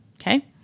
Okay